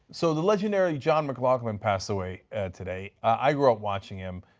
so the legendary john mcglaughlin passed away today. i grew up watching him